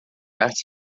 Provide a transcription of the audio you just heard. artes